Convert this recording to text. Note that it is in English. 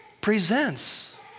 presents